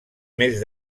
més